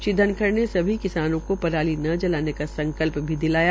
श्री धनखड़ ने सभी किसानों को पराली न जलाने का संकल्प भी दिलाया